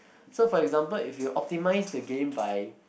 so for example if you optimize the game by